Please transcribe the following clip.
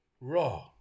raw